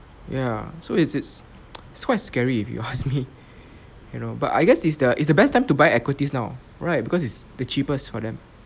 ya so it's it's it's quiet scary if you ask me you know but I guess it's the it's the best time to buy equities now right because it's the cheapest for them